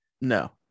No